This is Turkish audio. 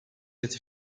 eti